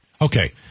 Okay